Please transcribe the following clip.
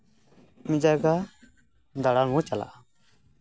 ᱡᱟᱭᱜᱟ ᱫᱟᱸᱬᱟᱱ ᱵᱚᱱ ᱪᱟᱞᱟᱜᱼᱟ